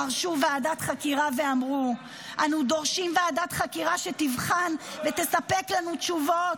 דרשו ועדת חקירה ואמרו: אנו דורשים ועדת חקירה שתבחן ותספק לנו תשובות.